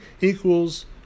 equals